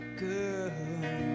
girl